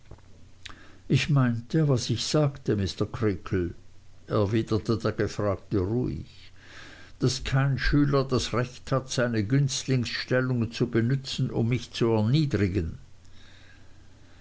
ich meinte was ich sagte mr creakle erwiderte der gefragte ruhig daß kein schüler das recht hat seine günstlingsstellung zu benützen um mich zu erniedrigen